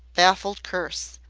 baffled curse.